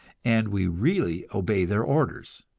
and we really obey their orders.